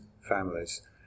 families